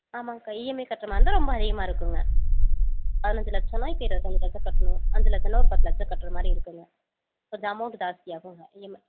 ஆமாங்கக்கா இஎம்ஐ கட்றமாதிரிருந்தா ரொம்ப அதிகமாக இருக்குங்க பதினஞ்சு லட்சன்னா இப்போ இருபத்தஞ்சி லட்சம் கட்டணும் அஞ்சு லட்சன்னா ஒரு பத்து லட்சம் கட்றமாதிரியிருக்குங்க கொஞ்சம் அமௌண்டு ஜாஸ்தியாகுங்க இஎம்ஐ